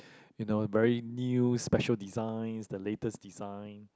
you know very new special design the latest design